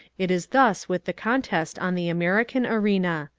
it is thus with the contest on the american arena.